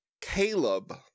Caleb